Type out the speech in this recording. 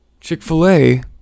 Chick-fil-A